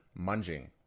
munging